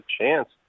chance